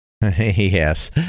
Yes